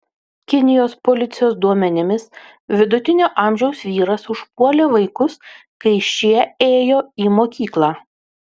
kinijos policijos duomenimis vidutinio amžiaus vyras užpuolė vaikus kai šie ėjo į mokyklą